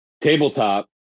tabletop